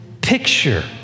picture